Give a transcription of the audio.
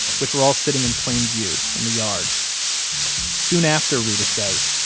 which were all sitting in plain view in the yard soon after, reta says,